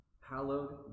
hallowed